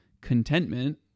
contentment